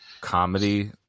comedy